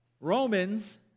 Romans